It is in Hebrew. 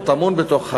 הטמון בתוך הקרקע,